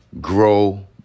grow